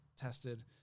tested